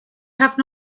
have